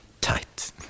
tight